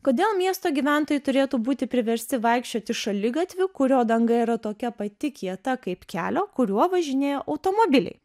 kodėl miesto gyventojai turėtų būti priversti vaikščioti šaligatviu kurio danga yra tokia pati kieta kaip kelio kuriuo važinėja automobiliai